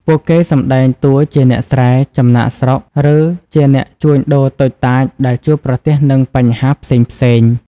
ពួកគេសម្ដែងតួជាអ្នកស្រែ ចំណាកស្រុក ឬជាអ្នកជួញដូរតូចតាចដែលជួបប្រទះនឹងបញ្ហាផ្សេងៗ។